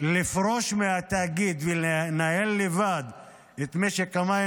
לפרוש מהתאגיד ולנהל לבד את משק המים,